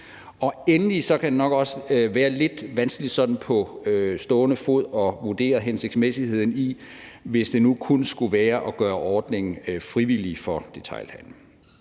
Endelig kan det nok også være lidt vanskeligt på stående fod at vurdere hensigtsmæssigheden i kun at gøre ordningen frivillig for detailhandelen.